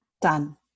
Done